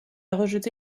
rejeté